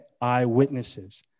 eyewitnesses